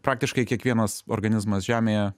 praktiškai kiekvienas organizmas žemėje